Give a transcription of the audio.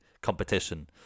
competition